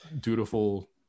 dutiful